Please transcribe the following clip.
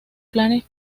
planes